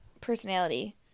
personality